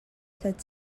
set